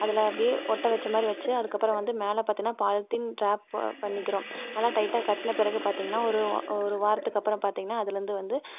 அதில் அப்படியே ஒட்டவச்சமாதிரி வச்சு அதுக்கப்புறம் வந்து மேலே பாத்திங்கனா பாலிதீன் டிராப்ட் போ பண்ணிக்கிறோம் நல்லா டைட்டாக கட்டினப்பிறகு பார்த்திங்கனா ஒரு ஒரு வாரத்துக்கு அப்புறம் பார்த்திங்கனா அதுலேருந்து வந்து